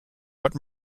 but